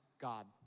God